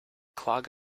clog